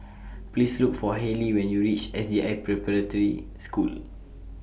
Please Look For Hayley when YOU REACH S J I Preparatory School